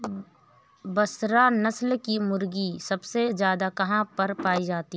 बसरा नस्ल की मुर्गी सबसे ज्यादा कहाँ पर पाई जाती है?